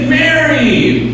married